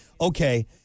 okay